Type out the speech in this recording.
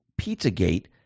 Pizzagate